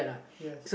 yes